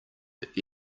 that